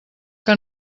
que